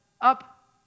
Up